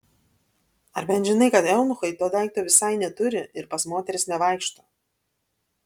ar bent žinai kad eunuchai to daikto visai neturi ir pas moteris nevaikšto